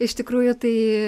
iš tikrųjų tai